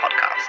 Podcast